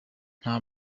nta